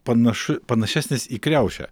panašu panašesnis į kriaušę